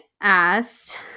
asked